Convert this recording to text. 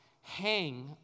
hang